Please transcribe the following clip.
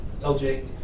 LJ